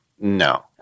No